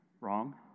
Wrong